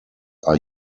are